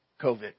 COVID